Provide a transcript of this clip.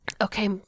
okay